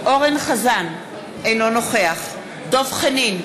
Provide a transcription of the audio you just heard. אינו נוכח דב חנין,